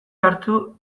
hartu